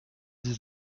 dix